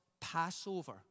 Passover